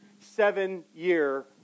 seven-year